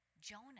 Jonah